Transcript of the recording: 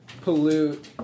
pollute